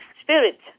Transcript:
spirit